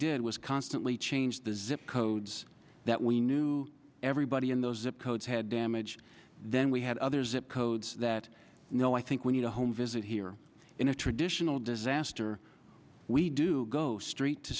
did was constantly change the zip codes that we knew everybody in those zip codes had damage then we had other zip codes that no i think we need a home visit here in a traditional disaster we do go str